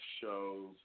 show's